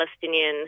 Palestinian